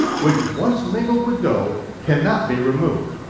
which once mingled with dough cannot be removed.